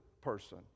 person